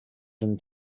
than